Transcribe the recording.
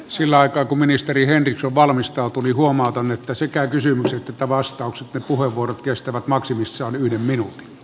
sillä aikaa kun ministeri henriksson valmistautuu huomautan että sekä kysymykset että vastaukset ne puheenvuorot kestävät maksimissaan yhden minuutin